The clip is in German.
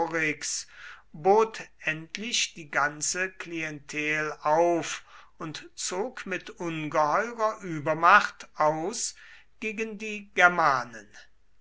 endlich die ganze klientel auf und zog mit ungeheurer übermacht aus gegen die germanen